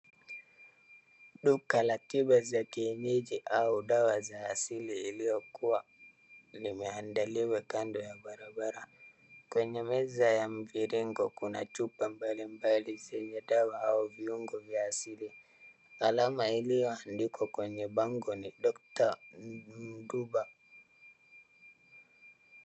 Duka la tiba za kienyeji au dawa za asili iliyokuwa limeandaliwa kando ya barabara. Kwenye meza ya mviringo kuna chupa mbalimbali vyenye dawa au viungo vya asili. Aalama ilyoandkiwa kwenye bango ni Dr.Mduba.